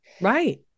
Right